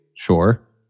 Sure